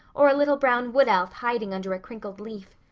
or a little brown wood-elf hiding under a crinkled leaf.